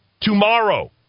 Tomorrow